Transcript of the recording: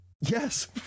Yes